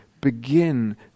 begin